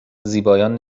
زیبایان